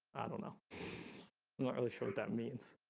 i don't know. i'm not really sure what that means.